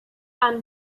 and